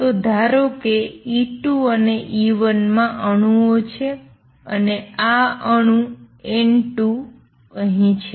તો ધારો કે E2 અને E1 માં અણુઓ છે અને આ અણુ N2 અહીં છે